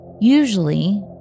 Usually